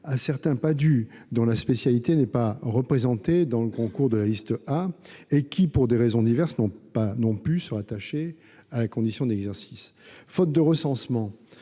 à certains Padhue dont la spécialité ne figure pas au concours de la liste A et qui, pour des raisons diverses, n'ont pu se rattacher à la condition d'exercice. Faute de recensement